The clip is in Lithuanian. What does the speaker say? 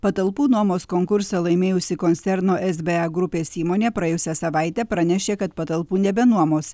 patalpų nuomos konkursą laimėjusi koncerno esba grupės įmonė praėjusią savaitę pranešė kad patalpų nebenuomos